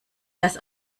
das